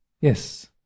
Yes